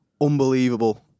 Unbelievable